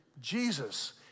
Jesus